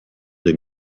deux